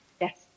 Yes